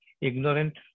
Ignorant